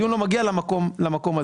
הדיון לא מגיע למקום הזה.